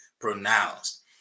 pronounced